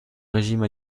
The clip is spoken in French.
régime